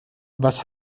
was